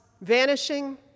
vanishing